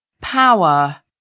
power